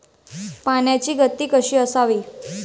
पाण्याची गती कशी असावी?